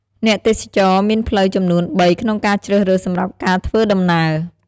អ្នកទេសចរមានផ្លូវចំនួន៣ក្នុងការជ្រើសរើសសម្រាប់ការធ្វើដំណើរ។